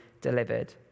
delivered